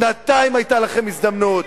שנתיים היתה לכם הזדמנות.